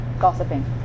gossiping